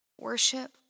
Worship